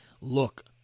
look